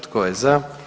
Tko je za?